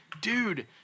dude